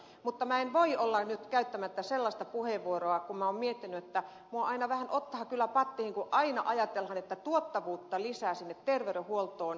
mutta en voi olla nyt käyttämättä sellaista puheenvuoroa kun olen miettinyt ja minua aina ottaa kyllä vähän pattiin kun aina ajatellaan että lisää tuottavuutta pitää saada terveydenhuoltoon